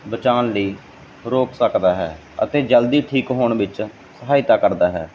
ਬਚਾਉਣ ਲਈ ਰੋਕ ਸਕਦਾ ਹੈ ਅਤੇ ਜਲਦੀ ਠੀਕ ਹੋਣ ਵਿੱਚ ਸਹਾਇਤਾ ਕਰਦਾ ਹੈ